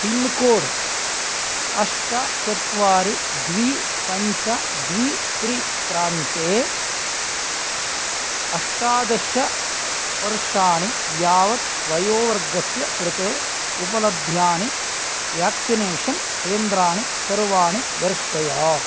pincode अष्ट चत्वरि द्वे पञ्च द्वे त्रीणि प्रान्ते अष्टादशवर्षाणि यावत् वयोवर्गस्य कृते उपलभ्यमानानि व्याक्सिनेषन् केन्द्राणि सर्वाणि दर्शय